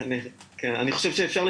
אני חושב שיש